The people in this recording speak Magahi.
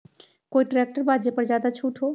कोइ ट्रैक्टर बा जे पर ज्यादा छूट हो?